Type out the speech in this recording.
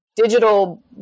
Digital